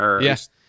Yes